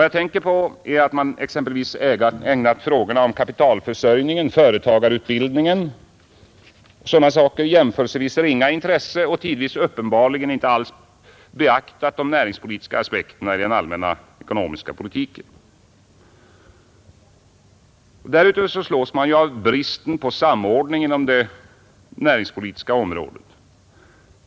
Jag tänker på att man exempelvis ägnat frågorna om kapitalförsörjningen och företagarutbildningen jämförelsevis ringa intresse och tidvis uppenbarligen inte alls beaktat de näringspolitiska aspekterna i den allmänna ekonomiska politiken. Därutöver slås man av bristen på samordning inom det näringspolitiska området.